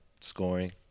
scoring